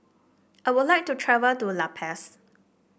I would like to travel to La Paz